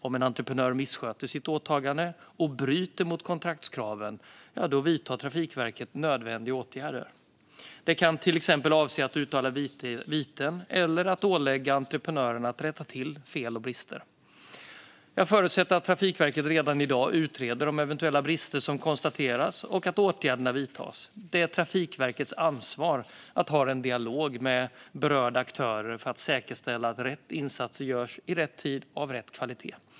Om en entreprenör missköter sitt åtagande och bryter mot kontraktskraven vidtar Trafikverket nödvändiga åtgärder. Det kan till exempel avse att utdela viten och att ålägga entreprenörerna att rätta till fel och brister. Jag förutsätter att Trafikverket redan i dag utreder de eventuella brister som konstateras och att åtgärder vidtas. Det är Trafikverkets ansvar att ha en dialog med berörda aktörer för att säkerställa att rätt insatser görs i rätt tid och av rätt kvalitet.